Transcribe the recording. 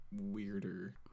Weirder